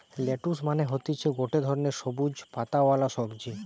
lettuce মানে হতিছে গটে ধরণের সবুজ পাতাওয়ালা সবজি